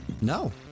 no